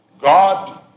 God